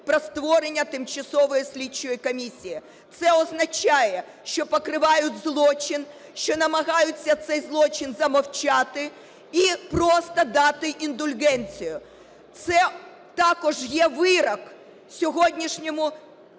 про створення тимчасової слідчої комісії. Це означає, що покривають злочин, що намагаються цей злочин замовчати і просто дати індульгенцію. Це також є вирок сьогоднішньому